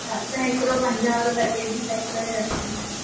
अच्छा त हिकिड़ो पंजाह वारो पैकेट बि पैक करे रखिजो